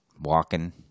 walking